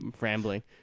rambling